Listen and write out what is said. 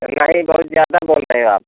नहीं बहुत ज़्यादा बोल रहे हो आप